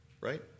Right